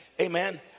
Amen